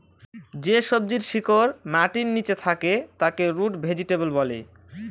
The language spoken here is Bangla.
যে সবজির শিকড় মাটির নীচে থাকে তাকে রুট ভেজিটেবল বলে